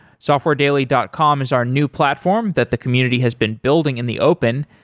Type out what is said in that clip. softwaredaily dot com is our new platform that the community has been building in the open.